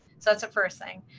that's the first thing.